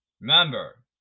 Remember